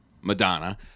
Madonna